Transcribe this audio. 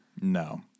No